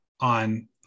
on